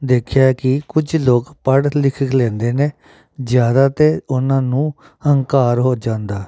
ਦੇਖਿਆ ਕੀ ਕੁਝ ਲੋਕ ਪੜ੍ਹ ਲਿਖ ਲੈਂਦੇ ਨੇ ਜ਼ਿਆਦਾ ਤੇ ਉਹਨਾਂ ਨੂੰ ਹੰਕਾਰ ਹੋ ਜਾਂਦਾ